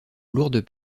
lourdes